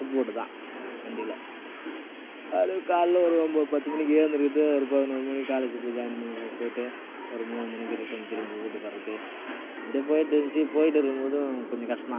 food போர்ட்தான் வண்டியில் அப்படியே காலையில் ஒரு ஒம்பது பத்து மணிக்கு எழுந்துருக்கிறது ஒரு பதினோரு மணிக்கு காலேஜ் போய் ஜாயின் பண்ணறது போய்ட்டு ஒரு மூணு மணிக்கு ரிட்டர்ன் திரும்பி வீட்டுக்கு வர்றது இந்த போய்ட்டு இருந்துச்சு போய்ட்டு இருக்கும் போது கொஞ்சம் கஷ்டம்தான்